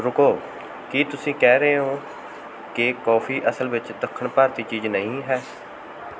ਰੁਕੋ ਕੀ ਤੁਸੀਂ ਕਹਿ ਰਹੇ ਹੋ ਕਿ ਕੌਫੀ ਅਸਲ ਵਿੱਚ ਦੱਖਣ ਭਾਰਤੀ ਚੀਜ਼ ਨਹੀਂ ਹੈ